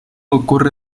ocurre